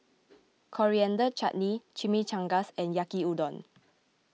Coriander Chutney Chimichangas and Yaki Udon